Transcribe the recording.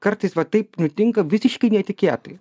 kartais va taip nutinka visiškai netikėtai